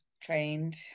trained